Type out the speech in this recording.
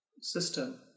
system